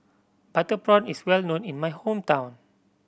butter prawn is well known in my hometown